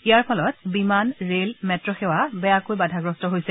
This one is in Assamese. ইয়াৰ ফলত বিমান ৰেল মেট্ট' সেৱা বেয়াকৈ বাধাগ্ৰস্ত হৈছে